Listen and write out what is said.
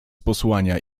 posłania